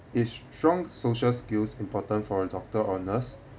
is strong social skills important for a doctor or nurse